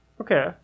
okay